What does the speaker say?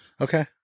Okay